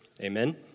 Amen